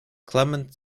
clement